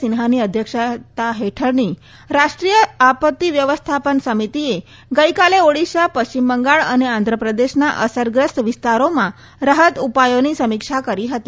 સિન્હાની અધ્યક્ષતા હેઠળની રાષ્ટ્રીય આપત્તિ વ્યવસ્થાપન સમિતિએ ગઈકાલે ઓડિશા પશ્ચિમ બંગાળ અને આંધ્રપ્રદેશના અસરગ્રસ્ત વિસ્તારોમાં રાહત ઉપાયોની સમિક્ષા કરી હતી